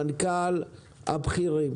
המנכ"ל והבכירים,